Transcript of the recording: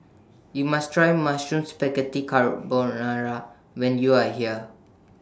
YOU must Try Mushroom Spaghetti Carbonara when YOU Are here